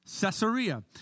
Caesarea